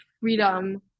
freedom